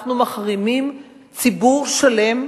אנחנו מחרימים ציבור שלם,